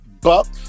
Bucks